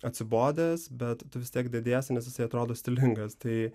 atsibodęs bet tu vis tiek dediesi nes jisai atrodo stilingas tai